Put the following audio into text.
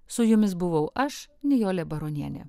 su jumis buvau aš nijolė baronienė